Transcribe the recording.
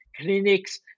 clinics